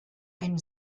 einen